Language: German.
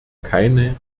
keine